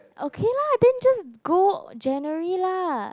okay lah then just go January lah